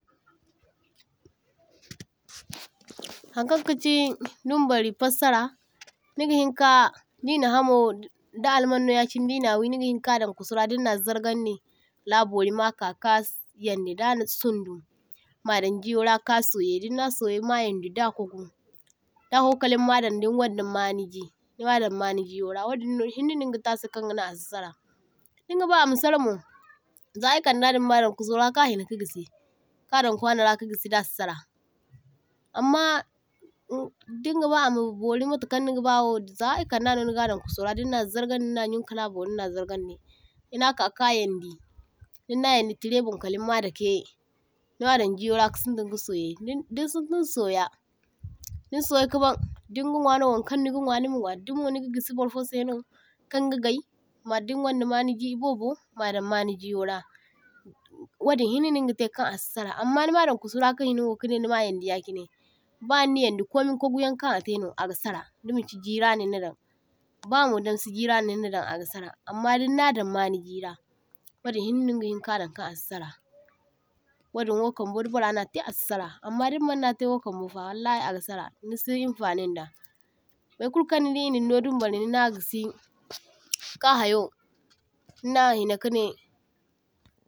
toh – toh Hankaŋ kachi dumbari fassara, niga hinka dina hamo da almanno yachine de na wee negahiŋ ka daŋ kusura dina zargandi hala bori nimaka ka yandi dana sundu madan jeyora ka soyyea dinna soyyea ma yandi da kwagu kala nimadaŋ din ganda ni maniji nima daŋ ni manijiyora, wadinno hinnano ni gatai asai kaŋ a’sisara. Din gaba ama saramo, za e kanda nima dan kusora ka hina ka gi’si ka dan kwanara ka gi’si da si’sara, amma umm dinga ba ama bori matakaŋ niga ba ho za e kanda no nigadaŋ kusora dinna zargandi ni’na yun kala bori ni’na zargandi, ga nimaka ka yandi dinna yandi tirai bun kala nima dakai nima dan giyora kasintiŋ ka soyea din din sintin soya din soyea kaban. Dinga nwa no wankaŋ niga nwa nima nwa, kummo dinga gi’si burfosai no kan ga’gay ma din gaŋda maniji e bobo madan manijiyowora, wadiŋ hinnano nigatai kan a si’sara. Amma nima daŋ kusura ka hinawo kanai nima yaŋdi ya chine ba nina yaŋdi komin kwaguyan kaŋ ataino aga sara, dimanchi ji’rano nina dan ba’mo damsi’jirano nina dan aga sara, amma diŋna daŋ mani ji’ra wadiŋ hinnano ni gahin ka dan kan a si’sara wadin wokan di burra natai a si’sara amma diŋ manatai wokam mofa wallahi aga sa’ra ni’si in fanin da, baykulukan ni’di e nin no dumbari nina gi’si ka ha’yo ni’na hina kanai.